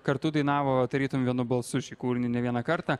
kartu dainavo tarytum vienu balsu šį kūrinį ne vieną kartą